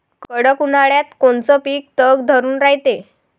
कडक उन्हाळ्यात कोनचं पिकं तग धरून रायते?